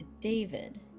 David